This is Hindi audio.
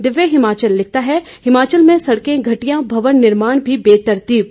दिव्य हिमाचल लिखता है हिमाचल में सड़कें घटिया भवन निर्माण भी बेतरतीब